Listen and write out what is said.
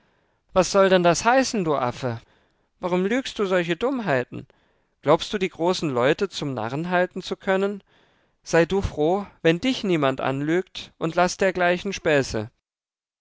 was soll denn das heißen du affe warum lügst du solche dummheiten glaubst du die großen leute zum narren halten zu können sei du froh wenn dich niemand anlügt und laß dergleichen späße